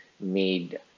made